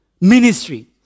ministry